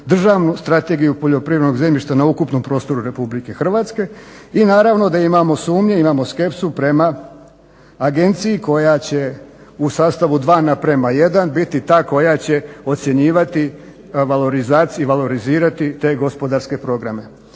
Državnu strategiju poljoprivrednog zemljišta na ukupnom prostoru Republike Hrvatske i naravno da imamo sumnje, imamo skepsu prema agenciji koja će u sastavu 2:1 biti ta koja će ocjenjivati i valorizirati te gospodarske programe.